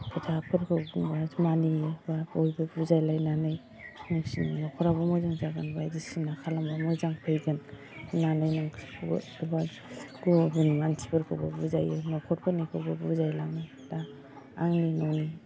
खोथाफोरखौ बुंबा मानियोबा बयबो बुजायलायनानै नोंसोरनि न'खराबो मोजां जागोन बायदिसिना खालामबा मोजां फैगोन होननानै नोंसोरखौबो एबा गुबुन मानसिफोरखौबो बुजायो न'खरफोरनिखौबो बुजायलाङो दा आंनि न'नि